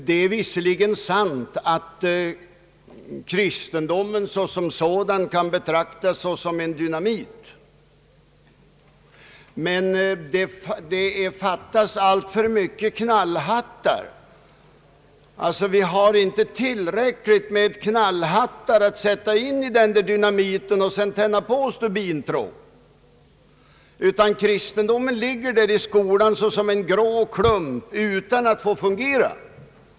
Det är visserligen sant att kristendomen kan betraktas såsom dynamit, men det finns inte tillräckligt med knallhattar att sätta in i dynamiten för att sedan tända på stubintråden, utan kristendomen ligger i skolan såsom en grå klump utan att få fungera.